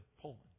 Poland